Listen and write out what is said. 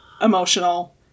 emotional